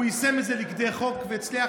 הוא יישם את זה לכדי הצעת חוק והצליח